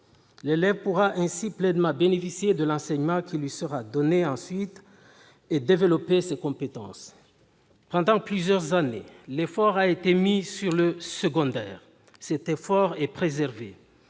L'élève pourra ainsi pleinement bénéficier de l'enseignement qui lui sera donné ensuite et développer ses compétences. Pendant plusieurs années, l'effort a été mis sur le secondaire. Cet effort est préservé.